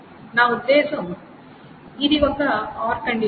నా ఉద్దేశ్యం ఇది ఒక ఆర్ కండిషన్